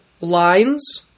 lines